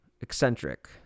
eccentric